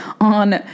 on